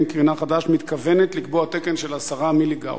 קרינה חדש מתכוונת לקבוע תקן של 10 מיליגאוס,